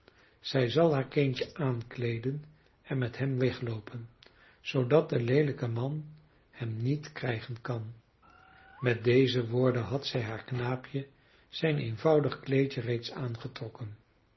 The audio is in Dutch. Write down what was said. zij zal haar kindje aankleeden en met hem wegloopen zoodat de leelijke man hem niet krijgen kan met deze woorden had zij haar knaapje zijn eenvoudig kleedje reeds aangetrokken